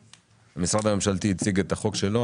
המשרד הממשלתי הציג את החוק שלו,